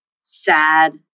sad